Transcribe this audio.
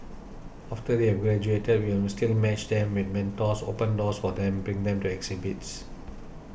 after they have graduated we still match them with mentors open doors for them bring them to exhibits